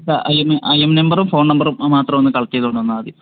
അപ്പം I M E I M നമ്പറും phone നമ്പറും മാത്രം ഒന്ന് കളക്റ്റ് ചെയ്ത് കൊണ്ടുവന്നാൽ മതി